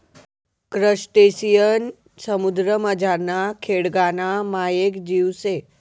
crustacean समुद्रमझारना खेकडाना मायेक जीव शे